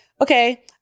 Okay